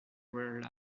were